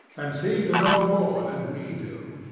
and seem to know more than we do,